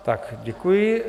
Tak, děkuji.